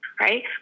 right